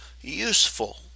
useful